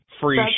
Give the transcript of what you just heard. free